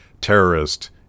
terrorist